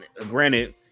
granted